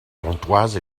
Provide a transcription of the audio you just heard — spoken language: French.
pontoise